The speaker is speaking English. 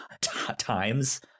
times